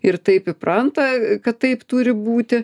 ir taip įpranta kad taip turi būti